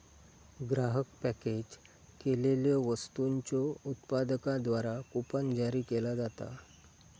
ग्राहक पॅकेज केलेल्यो वस्तूंच्यो उत्पादकांद्वारा कूपन जारी केला जाता